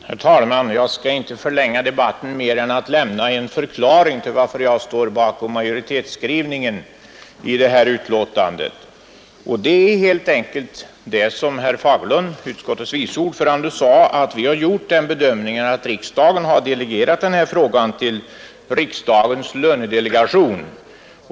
Herr talman! Jag skall inte förlänga debatten mer än att lämna en förklaring till att jag står bakom majoritetsskrivningen i det här betänkandet. Anledningen är helt enkelt den, som herr Fagerlund, utskottets vice ordförande, sade, att vi har gjort den bedömningen att riksdagen har delegerat den här frågan till riksdagens lönedelegation.